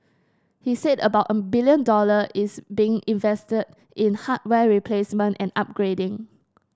he said about a billion dollars is being invested in hardware replacement and upgrading